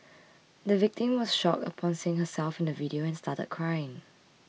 the victim was shocked upon seeing herself in the video and started crying